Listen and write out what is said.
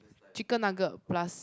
chicken nugget plus